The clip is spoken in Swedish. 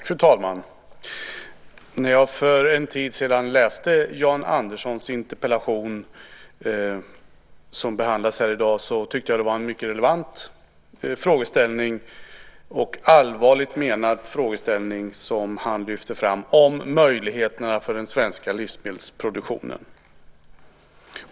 Fru talman! När jag för en tid sedan läste Jan Anderssons interpellation som behandlas här i dag tyckte jag att det var en mycket relevant och allvarligt menad frågeställning som han lyfte fram om möjligheterna för den svenska livsmedelsproduktionen.